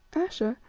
ayesha,